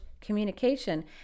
communication